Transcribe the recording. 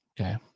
Okay